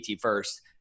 First